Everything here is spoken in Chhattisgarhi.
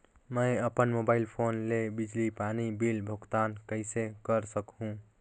मैं अपन मोबाइल फोन ले बिजली पानी बिल भुगतान कइसे कर सकहुं?